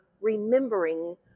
remembering